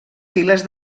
files